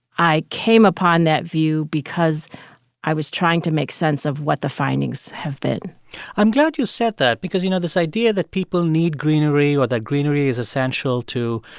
i came upon that view because i was trying to make sense of what the findings have been i'm glad you said that because, you know, this idea that people need greenery or that greenery is essential to,